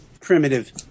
primitive